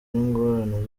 n’ingorane